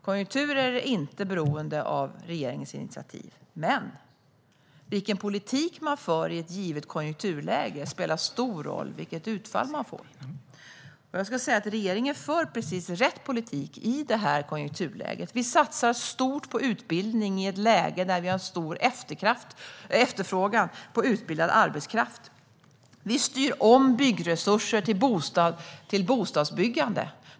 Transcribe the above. Konjunkturer är inte beroende av regeringens initiativ, men vilken politik man för i ett givet konjunkturläge spelar stor roll för vilket utfall man får. Jag skulle säga att regeringen för precis rätt politik i det här konjunkturläget. Vi satsar stort på utbildning i ett läge där vi har stor efterfrågan på utbildad arbetskraft. Vi styr om byggresurser till bostadsbyggande.